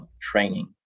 training